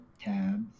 tabs